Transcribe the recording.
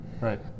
Right